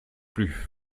plus